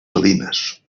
salines